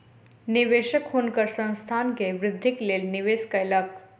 निवेशक हुनकर संस्थान के वृद्धिक लेल निवेश कयलक